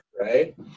right